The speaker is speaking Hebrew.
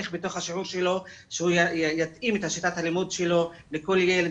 איך בתוך השיעור שלו יתאים את שיטת הלימוד שלו לכל ילד